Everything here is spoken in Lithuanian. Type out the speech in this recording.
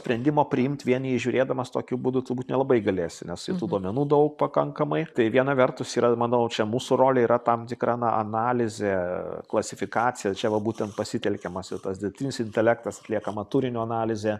sprendimo priimt vien į jį žiūrėdamas tokiu būdu turbūt nelabai galėsi nes ir tų duomenų daug pakankamai tai viena vertus yra manau čia mūsų rolė yra tam tikra na analizė klasifikacija čia va būtent pasitelkiamas ir tas dirbtinis intelektas atliekama turinio analizė